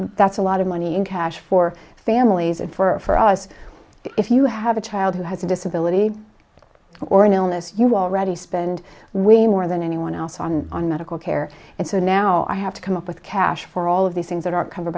that's a lot of money in cash for families and for us if you have a child who has a disability or an illness you already spend way more than anyone else on on medical care and so now i have to come up with cash for all of these things that are covered